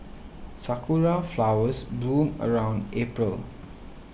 sakura flowers bloom around April